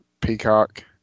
Peacock